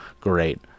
Great